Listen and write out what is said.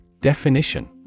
Definition